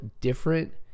different